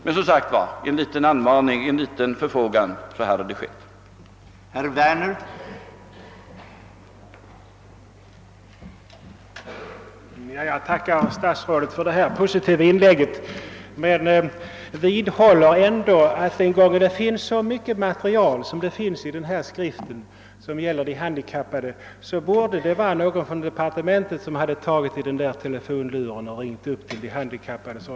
Men, som sagt, hade en liten förfrågan gjorts, så hade vi gett det.